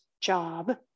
job